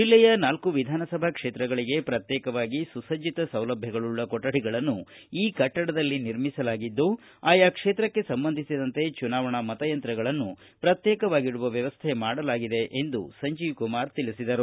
ಜಿಲ್ಲೆಯ ನಾಲ್ಲು ವಿಧಾನಸಭಾ ಕ್ಷೇತ್ರಗಳಿಗೆ ಪ್ರತ್ಯೇಕವಾಗಿ ಸುಸಭ್ವತ ಸೌಲಭ್ವಗಳುಳ್ಳ ಕೊಠಡಿಗಳನ್ನು ಈ ಕಟ್ಟಡದಲ್ಲಿ ನಿರ್ಮಿಸಲಾಗಿದ್ದು ಆಯಾ ಕ್ಷೇತ್ರಕ್ಕೆ ಸಂಬಂಧಿಸಿದಂತೆ ಚುನಾವಣಾ ಮತಯಂತ್ರಗಳನ್ನು ಪ್ರತ್ಯೇಕವಾಗಿಡವು ವ್ಯವಸ್ಥೆ ಮಾಡಲಾಗಿದೆ ಎಂದು ಅವರು ಹೇಳಿದರು